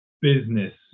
business